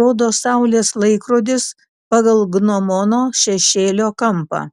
rodo saulės laikrodis pagal gnomono šešėlio kampą